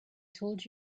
told